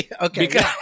Okay